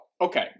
Okay